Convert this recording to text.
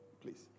Please